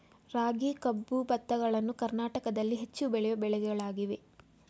ರಾಗಿ, ಕಬ್ಬು, ಭತ್ತಗಳನ್ನು ಕರ್ನಾಟಕದಲ್ಲಿ ಹೆಚ್ಚು ಬೆಳೆಯೋ ಬೆಳೆಗಳಾಗಿವೆ